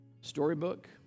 storybook